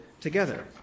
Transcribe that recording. together